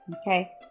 okay